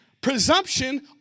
presumption